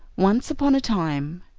once upon a time,